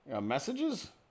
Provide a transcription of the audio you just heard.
Messages